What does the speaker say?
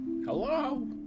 Hello